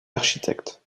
architecte